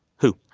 who?